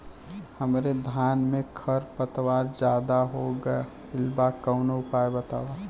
हमरे धान में खर पतवार ज्यादे हो गइल बा कवनो उपाय बतावा?